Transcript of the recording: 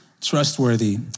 trustworthy